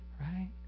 right